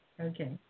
Okay